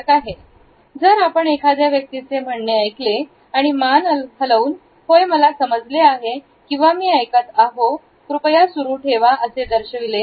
Refer Slide Time 2626 जर आपण एखाद्या व्यक्तीचे म्हणणे ऐकले आणि मान हलवून होय मला समजले आहे किंवा मी ऐकत आहोत कृपया सुरू ठेवा असे दर्शविते